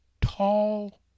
tall